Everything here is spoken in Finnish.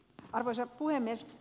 arvoisa puhemies